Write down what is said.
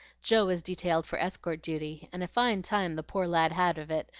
joe was detailed for escort duty and a fine time the poor lad had of it,